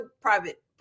private